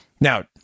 Now